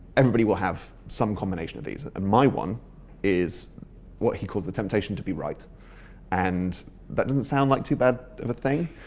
everybody will have some combination of these and my one is what he calls the temptation to be right and that doesn't sound like too bad of a thing,